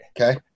Okay